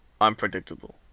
unpredictable